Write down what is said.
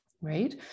right